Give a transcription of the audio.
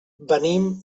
venim